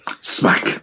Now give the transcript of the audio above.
smack